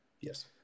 Yes